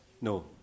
No